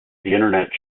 internet